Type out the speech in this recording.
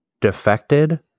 defected